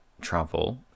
travel